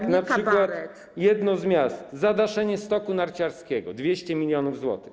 Tak np. jedno z miast: zadaszenie stoku narciarskiego - 200 mln zł.